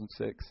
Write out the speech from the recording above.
2006